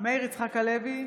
מאיר יצחק הלוי,